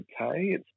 okay